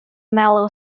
mellow